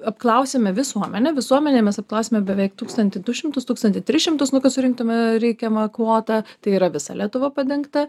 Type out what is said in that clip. apklausėme visuomenę visuomenėj mes apklausėme beveik tūkstantį du šimtus tūkstantį tris šimtus nu kad surinktume reikiamą kvotą tai yra visa lietuva padengta